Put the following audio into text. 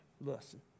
listen